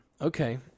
Okay